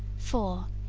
for,